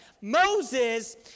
Moses